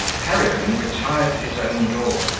peregrine retired to his own door,